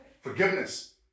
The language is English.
Forgiveness